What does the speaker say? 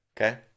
Okay